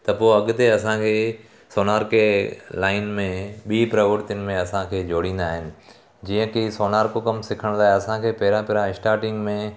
त पोइ अॻिते असांखे सोनार के लाइन में बि प्रवर्तिन में असांखे जोड़ींदा आहिनि जीअं की सोनार को कमु सिखण लाइ असांखे पहिरां पहिरां स्टार्टिंग में